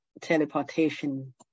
teleportation